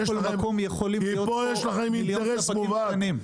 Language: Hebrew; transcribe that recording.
אבל לא כל מקום יכול עם מיליון ספקים קטנים.